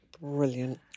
brilliant